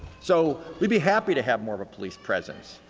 so we'd be happy to have more of a police presence.